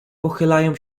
pochylają